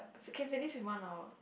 so can finish in one hour